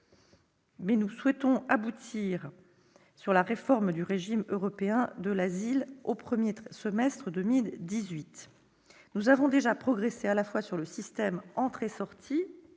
mais nous souhaitons aboutir sur la réforme du régime européen de l'asile au premier semestre de 2018. Nous avons déjà progressé, à la fois sur le système d'entrée-sortie,